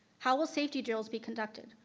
how will safety drills be conducted?